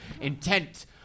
intent